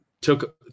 took